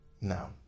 no